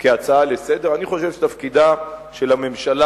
כהצעה לסדר-היום: אני חושב שתפקידה של הממשלה